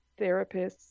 therapists